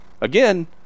Again